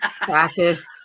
practice